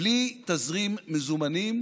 בלי תזרים מזומנים